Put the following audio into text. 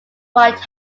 quite